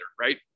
right